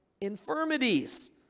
infirmities